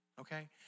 okay